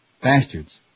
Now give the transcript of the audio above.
Bastards